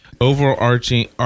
overarching